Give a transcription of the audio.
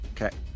Okay